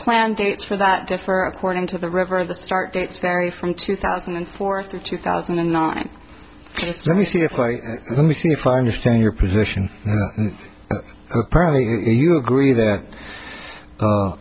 plan dates for that differ according to the river the start it's very from two thousand and four through two thousand and nine let me see if i let me see if i understand your position and apparently you agree that